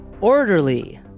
orderly